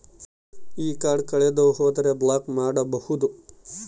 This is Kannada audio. ಈ ಕಾರ್ಡ್ ಕಳೆದು ಹೋದರೆ ಬ್ಲಾಕ್ ಮಾಡಬಹುದು?